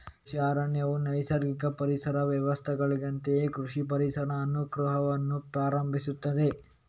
ಕೃಷಿ ಅರಣ್ಯವು ನೈಸರ್ಗಿಕ ಪರಿಸರ ವ್ಯವಸ್ಥೆಗಳಂತೆಯೇ ಕೃಷಿ ಪರಿಸರ ಅನುಕ್ರಮವನ್ನು ಪ್ರಾರಂಭಿಸುತ್ತದೆ